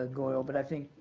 ah goyal, but i think